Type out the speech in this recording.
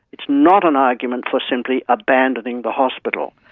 it's not an argument for simply abandoning the hospital.